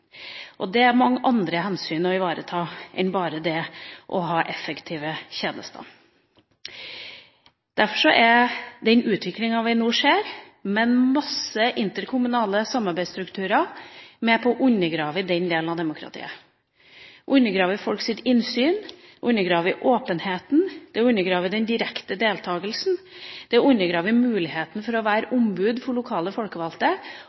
det er mange andre hensyn å ivareta enn bare det å ha effektive tjenester. Derfor er den utviklinga vi nå ser, med en masse interkommunale samarbeidsstrukturer, med på å undergrave den delen av demokratiet, undergrave folks innsyn, undergrave åpenheten, undergrave den direkte deltakelsen og undergrave muligheten for å være ombud for lokalt folkevalgte.